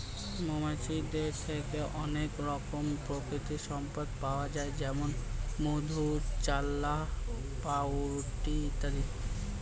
মৌমাছিদের থেকে অনেক রকমের প্রাকৃতিক সম্পদ পাওয়া যায় যেমন মধু, চাল্লাহ্ পাউরুটি ইত্যাদি